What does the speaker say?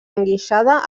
enguixada